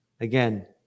again